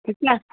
ठीकु आहे